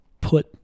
put